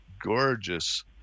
gorgeous